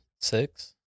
six